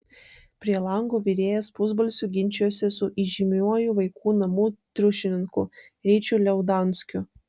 prie lango virėjas pusbalsiu ginčijosi su įžymiuoju vaikų namų triušininku ryčiu liaudanskiu